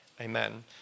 Amen